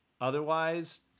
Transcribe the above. Otherwise